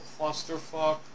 clusterfuck